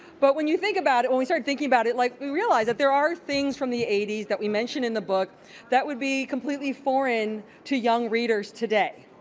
but when you think about it, when we start thinking about it, like we realize that there are things from the eighty s that we mention in the book that would be completely foreign to young readers today.